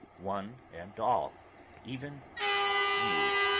one and all even you,